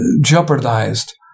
jeopardized